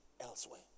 elsewhere